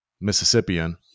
Mississippian